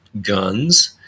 guns